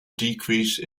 decrease